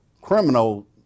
criminal